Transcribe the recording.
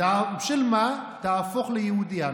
משילמה תהפוך ליהודייה,